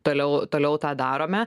toliau toliau tą darome